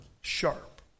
sharp